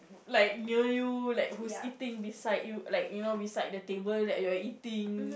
like near you like who's eating beside you like you know beside the table that you're eating